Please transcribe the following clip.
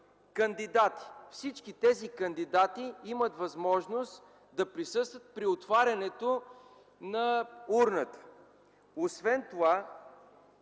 кандидати. Всички те имат възможност да присъстват при отварянето на урната. Освен това